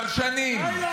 מה זה?